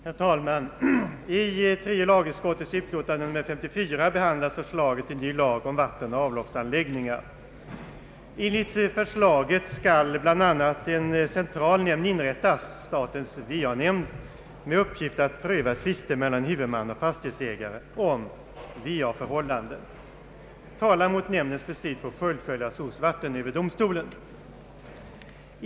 Herr talman! I tredje lagutskottets utlåtande nr 54 behandlas förslag till ny lag om vattenoch avloppsanläggningar. Enligt förslaget skall bl.a. inrättas en central nämnd, statens vanämnd, med uppgift att pröva tvister mellan huvudman och fastighetsägare om va-förhållanden. Talan mot nämndens beslut får fullföljas hos vattenöverdomstolen.